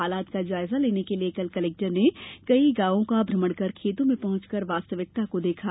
हालात का जायजा लेने के लिये कल कलेक्टर ने कई गांवों का भ्रमण कर खेतों में पहुंचकर वास्तविकता को देखा